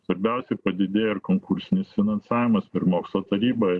svarbiausiai padidėjo ir konkursinis finansavimas per mokslo tarybą